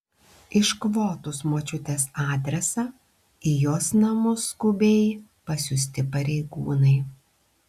iškvotus močiutės adresą į jos namus skubiai pasiųsti pareigūnai